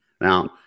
Now